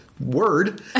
word